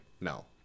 no